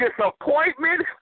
disappointment